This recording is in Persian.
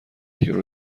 یورو